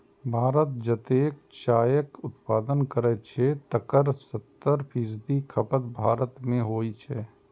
भारत जतेक चायक उत्पादन करै छै, तकर सत्तर फीसदी खपत भारते मे होइ छै